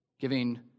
Giving